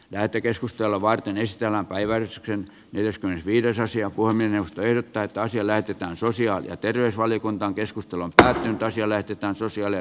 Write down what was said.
lähetekeskustelua varten ystävänpäivän iskren ylöspäin viides ensiapua minusta ei ota asia lähetetään sosiaali ja terveysvaliokunta on keskustellut tähdentää kielletyt asuisi ellei